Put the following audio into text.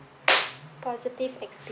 positive experience